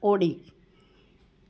Audi